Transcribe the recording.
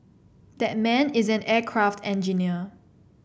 that man is an aircraft engineer